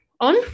on